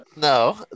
No